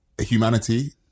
humanity